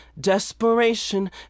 desperation